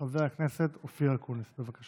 אחרון הדוברים, חבר הכנסת אופיר אקוניס, בבקשה.